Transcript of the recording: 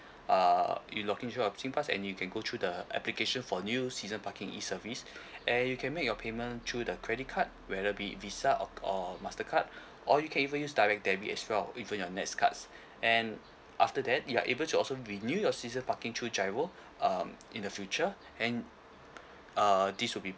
uh you login through your singpass and you can go through the application for new season parking E service and you can make your payment through the credit card whether be it visa or or master card or you can even use direct debit as well even your next cards and after that you are able to also renew your season parking through giro uh in the future and uh this would be